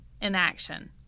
Inaction